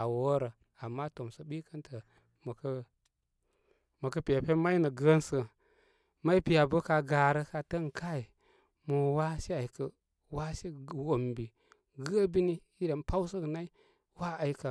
aa worə. Ama tomsə ɓikən tə mə kə mə kə pe pen may nə gəənsə, may piya bə ka garə ka təə ən kai mo waashe ai kə waashewombi gəbini irem pawsəgə nay waa ai ká.